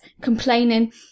complaining